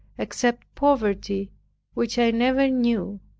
except poverty which i never knew,